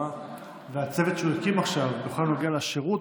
דומה לצוות שהוא הקים עכשיו בכל הנוגע לשירות.